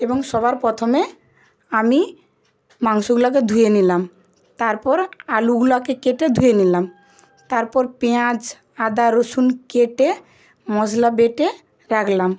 এবং সবার প্রথমে আমি মাংসগুলোকে ধুয়ে নিলাম তারপর আলুগুলোকে কেটে ধুয়ে নিলাম তারপর পেঁয়াজ আদা রসুন কেটে মশলা বেটে রাখলাম